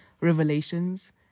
revelations